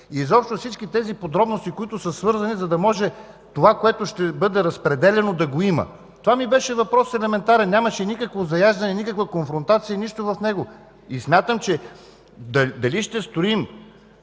Изобщо всички подробности, които са свързани, за да е ясно дали това, което ще бъде разпределяно, ще го има?! Такъв беше въпросът ми – елементарен. Нямаше никакво заяждане, никаква конфронтация нямаше в него. Смятам, че дали ще строим